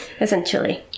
essentially